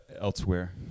elsewhere